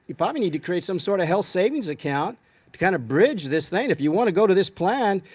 you but um you need to create some sort of health savings account to kind of bridge this thing if you want to go to this plan,